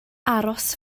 aros